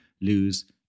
lose